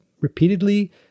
repeatedly